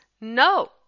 no